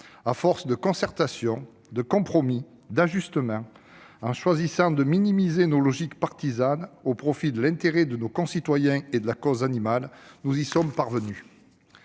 à force de concertation, de compromis, d'ajustements, en choisissant de minimiser les logiques partisanes au profit de l'intérêt de nos concitoyens et de la cause animale, nous y sommes parvenus.